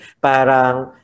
Parang